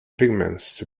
pigments